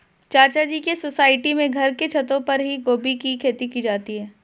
चाचा जी के सोसाइटी में घर के छतों पर ही गोभी की खेती होती है